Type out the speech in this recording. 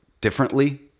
differently